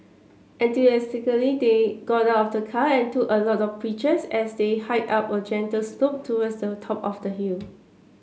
enthusiastically they got out of the car and took a lot of pictures as they hiked up a gentle slope towards the top of the hill